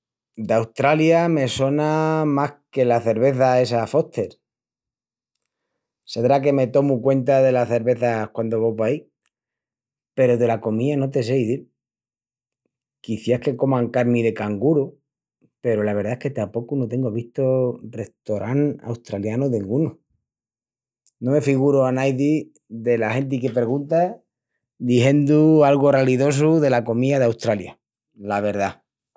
D'Australia me sona más que la cerveza essa Foster. Sedrá que me tomu cuenta delas cervezas quandu vo paí.. Peru dela comía no te sé izil. quiciás que coman carni de canguru peru la verdá es que tapocu no tengu vistu restorán australianu dengunu. No me figuru a naidi dela genti que perguntas dixendu algu ralidosu dela comía d'Australia, la verdá.